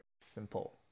simple